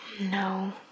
No